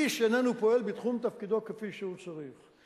איש איננו פועל בתחום תפקידו כפי שהוא צריך.